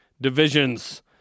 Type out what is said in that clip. Divisions